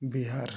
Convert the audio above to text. Bihar